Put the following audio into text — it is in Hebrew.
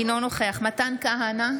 אינו נוכח מתן כהנא,